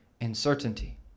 uncertainty